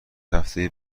هفته